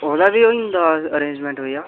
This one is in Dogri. ओह्दा बी होई जंदा अरेंजमेंट भैया